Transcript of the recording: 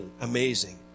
amazing